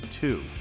two